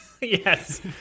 yes